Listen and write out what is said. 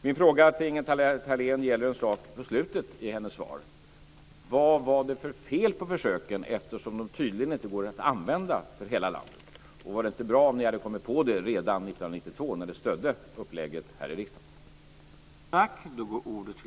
Min fråga till Ingela Thalén gäller en sak i slutet av hennes svar. Vad var det för fel på försöken eftersom de tydligen inte går att använda för hela landet? Vore det inte bra om ni hade kommit på detta redan 1992, när ni stödde upplägget här i riksdagen?